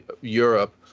Europe